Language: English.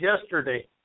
yesterday